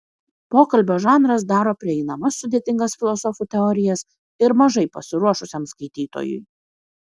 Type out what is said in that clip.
pokalbio žanras daro prieinamas sudėtingas filosofų teorijas ir mažai pasiruošusiam skaitytojui